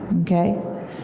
Okay